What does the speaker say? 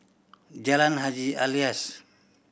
Jalan Haji Alias